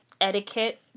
etiquette